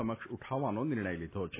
સમક્ષ ઉઠાવવાનો નિર્ણય લીધો છે